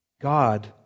God